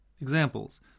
Examples